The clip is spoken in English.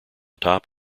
top